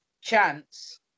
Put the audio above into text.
chance